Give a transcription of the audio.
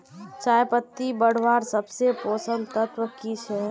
चयपत्ति बढ़वार सबसे पोषक तत्व की छे?